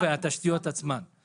והתשתיות עצמן לא פחות מהתקציב.